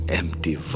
empty